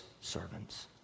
servants